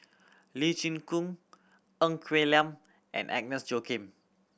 Lee Chin Koon Ng Quee Lam and Agnes Joaquim